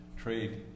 trade